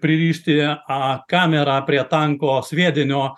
pririšti a kamerą prie tanko sviedinio